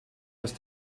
ist